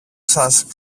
σας